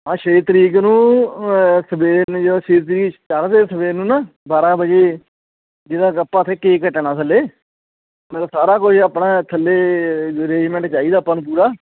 ਆਹ ਛੇ ਤਰੀਕ ਨੂੰ ਸਵੇਰ ਨੂੰ ਦੇ ਸਵੇਰ ਨੂੰ ਨਾ ਬਾਰਾਂ ਵਜੇ ਜਿਹਦਾ ਆਪਾਂ ਫਿਰ ਕੇਕ ਕੱਟਣਾ ਥੱਲੇ ਸਾਰਾ ਕੁਝ ਆਪਣਾ ਥੱਲੇ ਅਰੇਜਮੈਂਟ ਚਾਹੀਦਾ ਆਪਾਂ ਨੂੰ ਪੂਰਾ